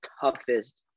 toughest